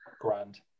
Grand